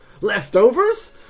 Leftovers